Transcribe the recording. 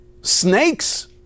snakes